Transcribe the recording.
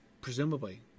presumably